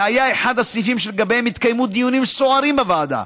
זה היה אחד הסעיפים שלגביהם התקיימו דיונים סוערים בוועדה,